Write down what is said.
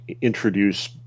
introduce